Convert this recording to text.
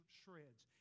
shreds